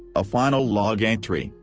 a final log entry,